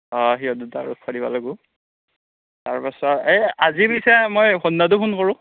অঁ সিহঁত দুটাক ৰখবা দিবা লাগবো তাৰপাচত এই আজি পিছে মই হো'ন্দাতো ফোন কৰোঁ